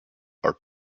are